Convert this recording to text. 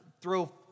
throw